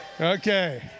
Okay